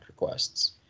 requests